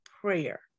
prayer